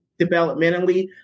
developmentally